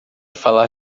falar